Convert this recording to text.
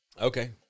Okay